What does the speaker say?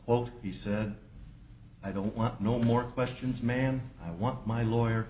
well he said i don't want no more questions man i want my lawyer